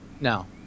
No